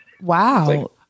wow